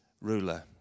ruler